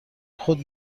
خود